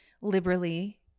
liberally